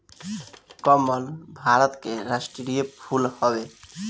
कमल भारत के राष्ट्रीय फूल हवे